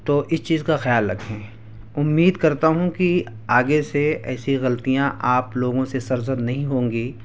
تو اس چیز کا خیال رکھیں امید کرتا ہوں کہ آگے سے ایسی غلطیاں آپ لوگوں سے سرزد نہیں ہوں گی